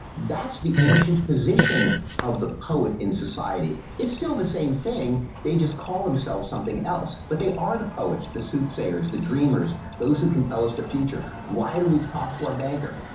that's the ancient position of the poet in society. it's still the same thing. they just call themselves something else. but they are the poets, the soothsayers, the dreamers, those who can tell us the future. why do we talk to our banker?